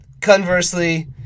Conversely